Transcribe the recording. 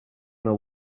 know